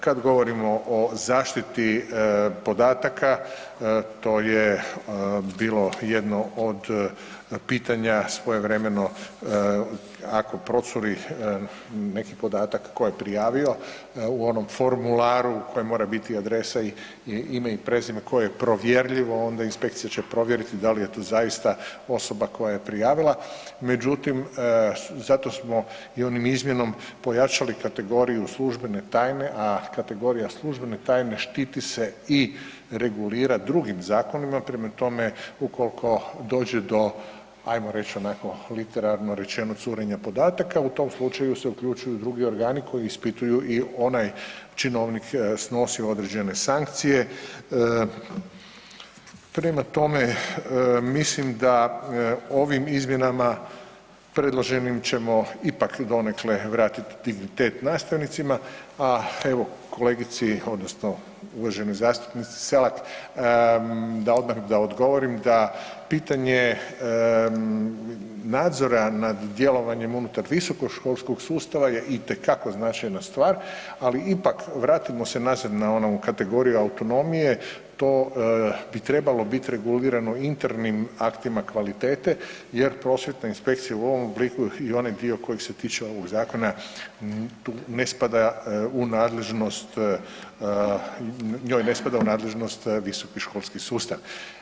Kad govorimo o zaštiti podataka, to je bilo jedno od pitanja svojevremeno, ako procuri neki podatak tko je prijavio, u onom formularu u kojem mora biti adresa i ime i prezime koje je provjerljivo, onda inspekcija će provjeriti da li je tu zaista osoba koja je prijavila, međutim, zato smo i onom izmjenom pojačali kategoriju službene tajne, a kategorija službene tajne štiti se i regulira drugim zakonima, prema tome, ukoliko dođe do, ajmo reći onako literarno rečeno, do curenja podataka, u tom slučaju se uključuju se drugi organi koji ispituju i onaj činovnik snosi određene sankcije, prema tome, mislim da ovim izmjenama, predloženim, ćemo ipak donekle vratiti dignitet nastavnicima, a evo kolegici, odnosno uvaženoj zastupnici Selak, da odmah odgovorim, da pitanje nadzora nad djelovanjem unutar visokoškolskog sustava je itekako značajna stvar, ali ipak, vratimo se nazad na onu kategoriju autonomije, to bi trebalo biti regulirano internim aktima kvalitete, jer prosvjetna inspekcija u ovom obliku i onaj dio kojeg se tiče ovog zakona, tu ne spada u nadležnost, njoj ne spada u nadležnost visokoškolski sustav.